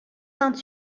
vingt